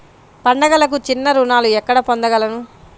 పండుగలకు చిన్న రుణాలు ఎక్కడ పొందగలను?